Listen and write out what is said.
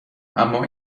اما